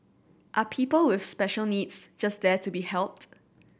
are people with special needs just there to be helped